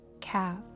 calf